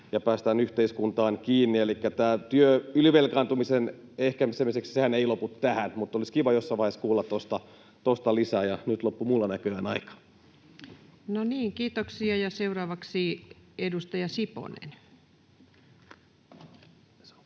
päästään yhteiskuntaan kiinni. Elikkä tämä työ ylivelkaantumisen ehkäisemiseksihän ei lopu tähän, mutta olisi kiva jossain vaiheessa kuulla tuosta lisää. — Nyt loppui minulla näköjään aika. [Speech 205] Speaker: Ensimmäinen